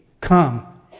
come